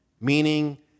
meaning